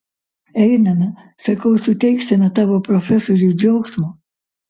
einame sakau suteiksime tavo profesoriui džiaugsmo